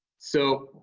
so,